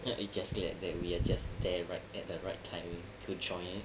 ya we just glad that we are just there right at the right timing to join